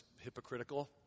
hypocritical